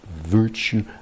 virtue